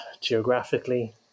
geographically